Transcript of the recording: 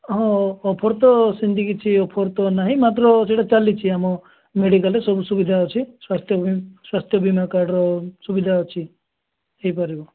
ହଁ ଅଫର୍ ତ ସେମିତି କିଛି ଅଫର୍ ତ ନାହିଁ ମାତ୍ର ସେଇଟା ଚାଲିଛି ଆମ ମେଡ଼ିକାଲ୍ରେ ସବୁ ସୁବିଧା ଅଛି ସ୍ୱାସ୍ଥ୍ୟ ସ୍ୱାସ୍ଥ୍ୟ ବୀମା କାର୍ଡ଼୍ର ସୁବିଧା ଅଛି ହୋଇପାରିବ